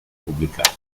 pubblicata